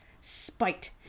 spite